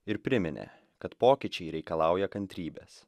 ir priminė kad pokyčiai reikalauja kantrybės